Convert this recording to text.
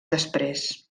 després